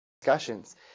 discussions